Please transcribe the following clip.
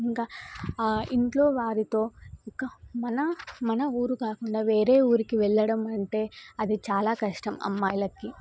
ఇంకా ఇంట్లో వారితో ఒక మన మన ఊరు కాకుండా వేరే ఊరికి వెళ్ళడం అంటే అది చాలా కష్టం అమ్మాయిలకి